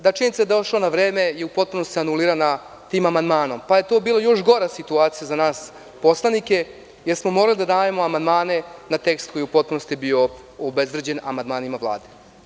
Da, činjenica da je došla na vreme je u potpunosti anulirana tim amandmanom, pa je to bila još gora situacija za nas poslanike jer smo morali da dajemo amandmane na tekst koji je u potpunosti bio obezvređen amandmanima Vlade.